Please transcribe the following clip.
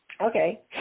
Okay